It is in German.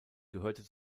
gehörte